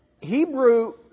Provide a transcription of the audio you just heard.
Hebrew